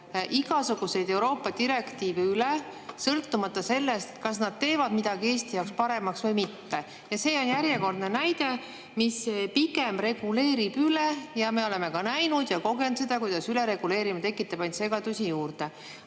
igasuguseid Euroopa direktiive üle, sõltumata sellest, kas nad teevad midagi Eesti jaoks paremaks või mitte. Ja see on järjekordne näide, mis pigem reguleerib üle. Me oleme näinud ja kogenud seda, kuidas ülereguleerimine tekitab ainult segadust juurde.